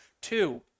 Two